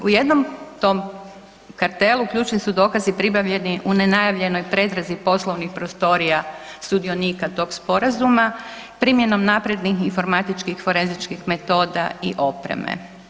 U jednom tom kartelu ključni su dokazi pribavljeni u nenajavljenoj pretrazi poslovnih prostorija sudionika tog sporazuma primjenom naprednih informatičkih forenzičkih metoda i opreme.